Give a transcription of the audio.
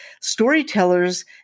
storytellers